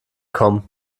kommen